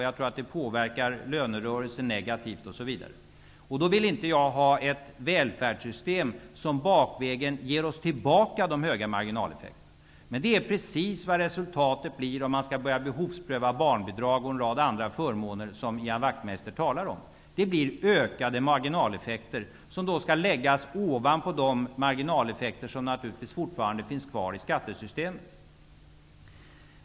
Jag tror att det påverkar lönerörelsen negativt osv. Därför vill jag inte ha ett välfärdssystem som bakvägen ger oss tillbaka de höga marginaleffekterna. Men det är precis vad resultatet blir om man börjar behovspröva barnbidrag och en rad andra förmåner, som Ian Wachtmeister talar om. Det blir ökade marginaleffekter, som då skall läggas ovanpå de marginaleffekter som naturligtvis fortfarande finns kvar i skattesystemet.